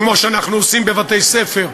כמו שאנחנו עושים בבתי-ספר.